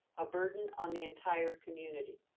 a burden on the entire community.